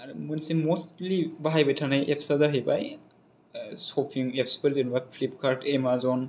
आरो मोनसे मस्थलि बाहायबाय थानाय एफ्सआ जाहैबाय जेन'बा सफिं एफ्स फोर जेन'बा फ्लिफकार्द एमाजन